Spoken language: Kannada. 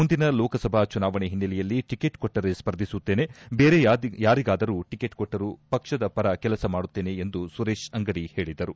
ಮುಂದಿನ ಲೋಕಸಭಾ ಚುನಾವಣೆ ಹಿನ್ನೆಲೆಯಲ್ಲಿ ಟಿಕೆಟ್ ಕೊಟ್ಟರೆ ಸ್ಪರ್ಧಿಸುತ್ತೇನೆ ಬೇರೆ ಯಾರಿಗಾದರೂ ಟಿಕೆಟ್ ಕೊಟ್ಟರೂ ಪಕ್ಷದ ಪರ ಕೆಲಸ ಮಾಡುತ್ತೇನೆ ಎಂದು ಸುರೇಶ್ ಅಂಗಡಿ ಹೇಳಿದರು